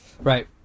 right